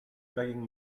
begging